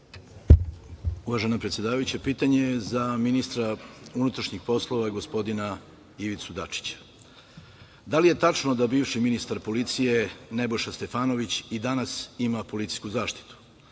Uvažena predsedavajuća, pitanje je za ministra unutrašnjih poslova gospodina Ivicu Dačića. Da li je tačno da bivši ministar policije Nebojša Stefanović i danas ima policijsku zaštitu?